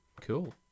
Cool